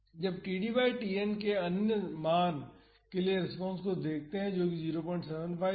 अब td by Tn के एक अन्य मान के लिए रेस्पॉन्स देखते हैं जो कि 075 है